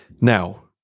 Now